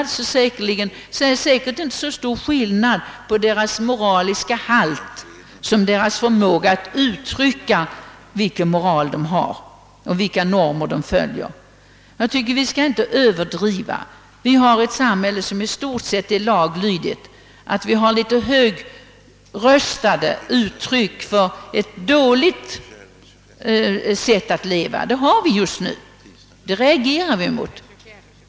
Det är inte så mycket en skillnad mellan moralisk halt som en skillnad mellan förmåga att uttrycka sig om moral och normer. Vi skall inte överdriva. Vi har ett samhälle som i stort sett är laglydigt. Att vi har litet högröstade förespråkare : för ett dåligt sätt att leva — det har vi just nu — reagerar vi mot.